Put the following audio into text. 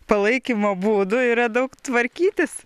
palaikymo būdų yra daug tvarkytis